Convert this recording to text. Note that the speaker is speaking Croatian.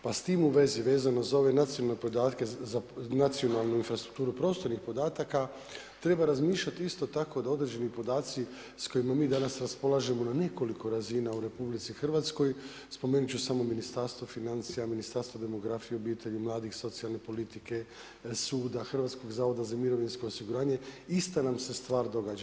Pa s tim u vezi vezano za ove nacionalne podatke, nacionalnu infrastrukturu prostornih podataka treba razmišljati isto tako da određeni podaci s kojima mi danas raspolažemo na nekoliko razina u Republici Hrvatskoj spomenut ću samo Ministarstvo financija, Ministarstvo demografije, obitelji, mladih i socijalne politike, suda, Hrvatskog zavoda za mirovinsko osiguranje ista nam se stvar događa.